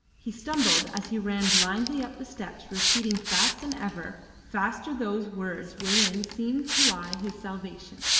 he stumbled as he ran blindly up the steps repeating fast and ever faster those words wherein seemed to lie his salvation.